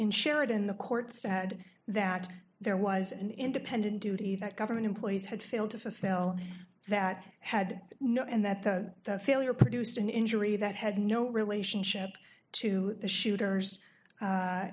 sheridan the court said that there was an independent duty that government employees had failed to fill that had no and that the failure produced an injury that had no relationship to the shooter's